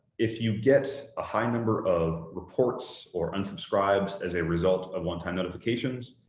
if you get a high number of reports or unsubscribes as a result of one-time notifications,